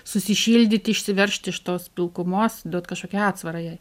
susišildyt išsiveržt iš tos pilkumos duot kažkokią atsvarą jai